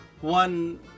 one